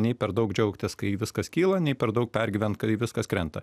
nei per daug džiaugtis kai viskas kyla nei per daug pergyvent kai viskas krenta